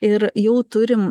ir jau turim